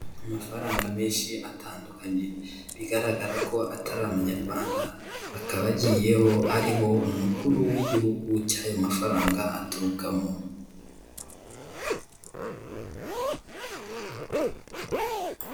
Amafaranga menshi atandukanye bigaragara ko atari amanyarwanda, akaba agiyeho ariho umukuru w'igihugu cy'ayo mafaranga aturukamo.